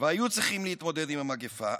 והיו צריכים להתמודד עם המגפה,